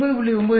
95 3 5